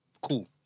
Cool